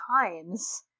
times